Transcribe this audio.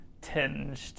tinged